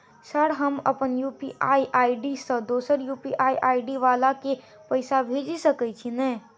Sir हम अप्पन UPI ID सँ दोसर यु.पी.आई आई.डी वला केँ पैसा भेजि सकै छी नै?